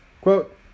Quote